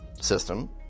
system